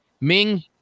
Ming